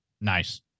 Nice